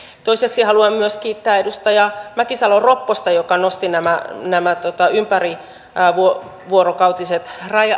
toiseksi haluan kiittää edustaja mäkisalo ropposta joka nosti nämä nämä ympärivuorokautiset